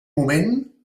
moment